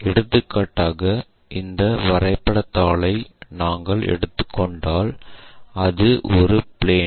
எடுத்துக்காட்டாக இந்த வரைபடத் தாளை நாங்கள் எடுத்துக்கொண்டால் அது ஒரு பிளேன்